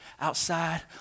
outside